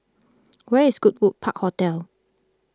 where is Goodwood Park Hotel